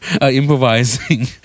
improvising